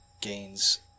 gains